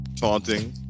taunting